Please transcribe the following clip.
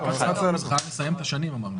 רק 11. למה?